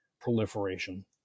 proliferation